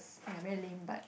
ya very lame but